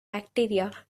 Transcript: bacteria